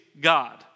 God